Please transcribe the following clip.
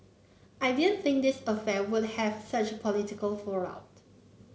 I didn't think this affair would have such political fallout